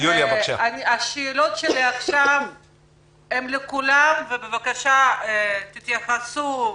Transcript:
השאלות שלי עכשיו הן לכולם ובבקשה תתייחסו.